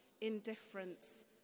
indifference